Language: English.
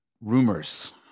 rumors